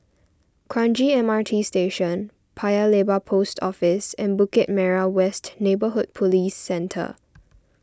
Kranji M R T Station Paya Lebar Post Office and Bukit Merah West Neighbourhood Police Centre